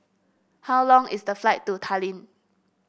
how long is the flight to Tallinn